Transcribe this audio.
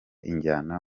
injyana